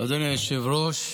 אדוני היושב-ראש,